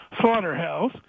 slaughterhouse